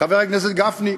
חבר הכנסת גפני,